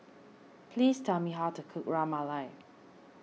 please tell me how to cook Ras Malai